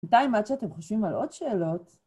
בינתיים עד שאתם חושבים על עוד שאלות...